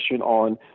on